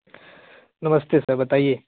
नमस्ते सर बताइए